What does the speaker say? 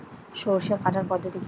সরষে কাটার পদ্ধতি কি?